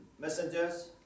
messengers